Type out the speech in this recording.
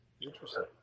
interesting